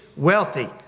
Wealthy